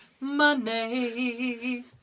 money